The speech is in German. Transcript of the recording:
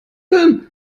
film